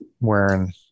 wearing